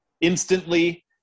instantly